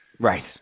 Right